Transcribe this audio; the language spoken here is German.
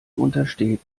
untersteht